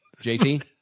JT